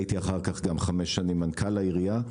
הייתי אחר כך גם חמש שנים מנכ"ל העירייה.